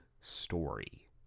story